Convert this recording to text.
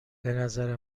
بنظر